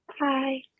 Hi